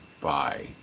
bye